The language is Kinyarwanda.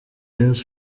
rayons